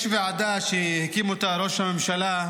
יש ועדה שהקים ראש הממשלה,